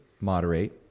moderate